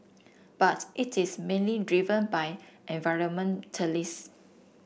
but it is mainly driven by environmentalist